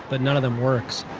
but none of them work. so,